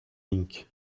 inc